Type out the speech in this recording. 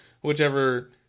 whichever